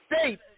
state